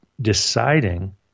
deciding